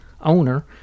owner